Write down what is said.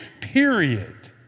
period